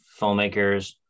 filmmakers